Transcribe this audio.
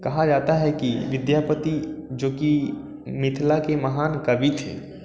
कहा जाता है कि विद्यापति जो कि मिथिला के महान कवि थे